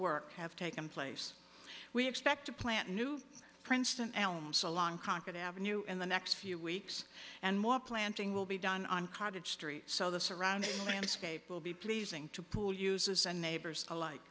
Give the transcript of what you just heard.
work have taken place we expect to plant new princeton alums along concord avenue in the next few weeks and more planting will be done on cottage street so the surrounding scape will be pleasing to pool uses and neighbors alike